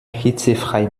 hitzefrei